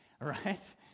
right